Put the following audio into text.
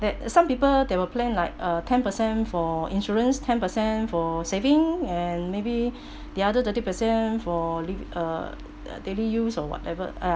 that some people they will plan like uh ten percent for insurance ten percent for saving and maybe the other thirty percent for li~ uh daily use or whatever ah